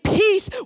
peace